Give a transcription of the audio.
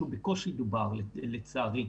ובקושי דיברו עליו לצערי.